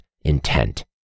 intent